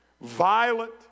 violent